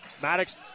Maddox